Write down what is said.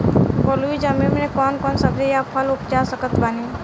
बलुई जमीन मे कौन कौन सब्जी या फल उपजा सकत बानी?